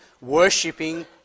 worshipping